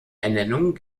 ernennung